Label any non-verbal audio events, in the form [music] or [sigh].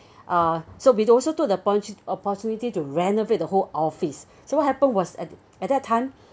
uh so we also took the opportunity to renovate the whole office [breath] so what happened was at at that time